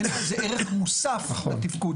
אין ערך מוסף לתפקוד.